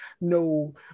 no